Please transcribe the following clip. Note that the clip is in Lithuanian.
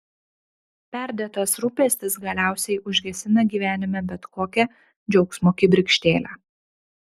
perdėtas rūpestis galiausiai užgesina gyvenime bet kokią džiaugsmo kibirkštėlę